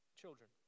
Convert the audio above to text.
children